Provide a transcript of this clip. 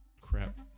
crap